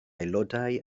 aelodau